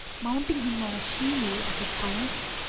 mounting him on a she-mule of the finest,